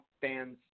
fans